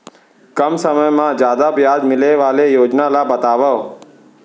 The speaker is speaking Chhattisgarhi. कम समय मा जादा ब्याज मिले वाले योजना ला बतावव